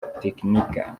itekinika